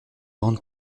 grande